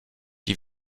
die